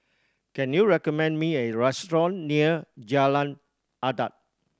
can you recommend me a restaurant near Jalan Adat